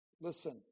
Listen